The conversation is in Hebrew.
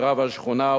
כרב השכונה,